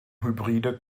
hybride